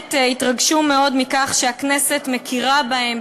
ובאמת התרגשו מאוד מכך שהכנסת מכירה בהם,